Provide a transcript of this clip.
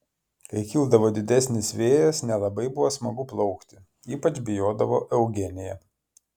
kai kildavo didesnis vėjas nelabai buvo smagu plaukti ypač bijodavo eugenija